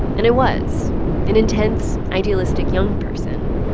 and it was an intense, idealistic, young person.